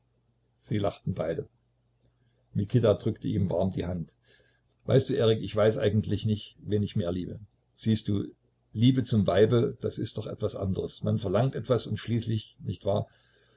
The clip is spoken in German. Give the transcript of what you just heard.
sie lachten beide mikita drückte ihm warm die hand weißt du erik ich weiß eigentlich nicht wen ich mehr liebe siehst du liebe zum weibe das ist doch etwas andres man verlangt etwas und schließlich nicht wahr